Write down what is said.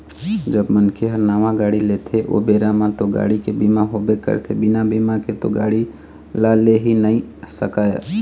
जब मनखे ह नावा गाड़ी लेथे ओ बेरा म तो गाड़ी के बीमा होबे करथे बिना बीमा के तो गाड़ी ल ले ही नइ सकय